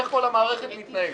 איך כל המערכת מתנהלת?